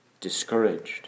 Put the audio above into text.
discouraged